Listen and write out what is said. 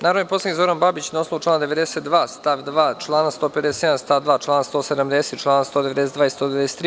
Narodni poslanik Zoran Babić na osnovu člana 92. stav 2. člana 157. stav 2. člana 170. i čl. 192. i 193.